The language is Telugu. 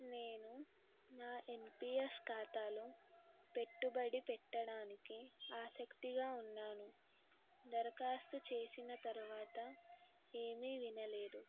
నేను నా ఎన్పిఎస్ ఖాతాలో పెట్టుబడి పెట్టడానికి ఆసక్తిగా ఉన్నాను దరఖాస్తు చేసిన తరువాత ఏమీ వినలేదు